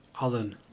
Alan